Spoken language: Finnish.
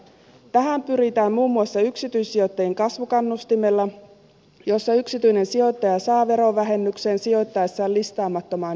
tähän pyritään muun muassa yksityissijoittajien kasvukannustimella jossa yksityinen sijoittaja saa verovähennyksen sijoittaessaan listaamattomaan yritykseen